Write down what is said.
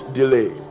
delay